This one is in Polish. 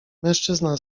mężczyzna